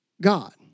God